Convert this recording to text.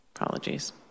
Apologies